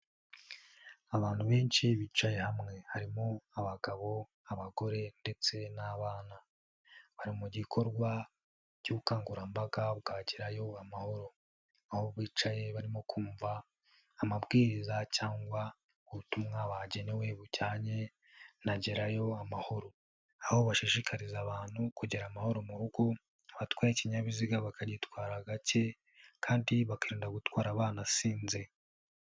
Abantu benshi bicaye hamwe harimo: abagabo, abagore ndetse n'abana. Bari mu gikorwa cy'ubukangurambaga bwa Gerayo Amahoro. Aho bicaye barimo kumva amabwiriza cyangwa ubutumwa bagenewe bujyanye na Gerayo Amahoro. Aho bashishikariza abantu kugera amahoro mu rugo, abatwaye ikinyabiziga bakagitwara gake kandi bakirinda gutwara banasinze.